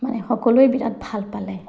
মানে সকলোৱে বিৰাট ভাল পালে